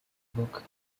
book